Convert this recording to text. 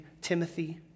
Timothy